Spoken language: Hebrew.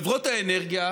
חברות האנרגיה,